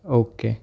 okay